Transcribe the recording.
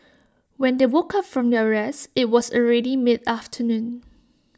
when they woke up from their rest IT was already mid afternoon